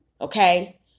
okay